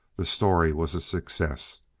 the story was a success.